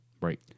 Right